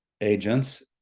agents